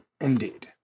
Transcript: Indeed